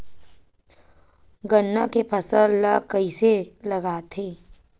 गन्ना के फसल ल कइसे लगाथे?